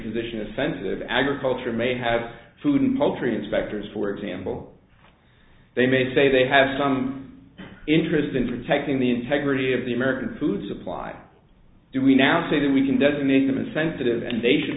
position as sensitive agriculture may have food and poultry inspectors for example they may say they have some interest in protecting the integrity of the american food supply do we now say that we can doesn't mean them insensitive and they should